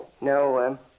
No